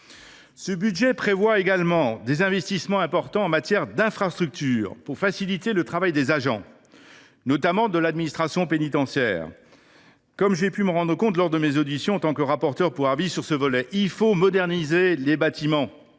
Ce budget prévoit en outre des investissements importants en matière d’infrastructures, afin de faciliter le travail des agents, notamment de l’administration pénitentiaire. Comme j’ai pu m’en rendre compte lors des auditions que j’ai menées en tant que rapporteur pour avis, il faut moderniser les bâtiments,